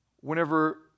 whenever